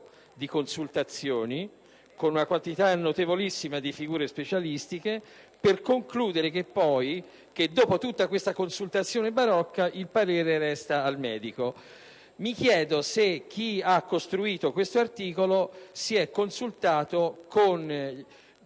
di consultazioni, con l'intervento di una quantità notevolissima di figure specialistiche, per concludere poi che, dopo tutta questa consultazione barocca, il parere resta al medico. Mi chiedo se chi ha costruito questo articolo si sia consultato con